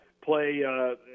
play